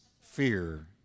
fear